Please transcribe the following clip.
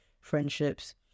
friendships